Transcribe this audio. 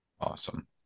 Awesome